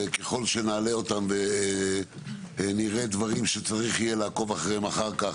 וככל שנעלה אותם ונראה דברים שצריך לעקוב אחריהם אחר כך,